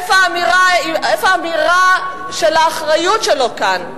איפה האמירה של האחריות שלו כאן?